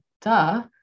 duh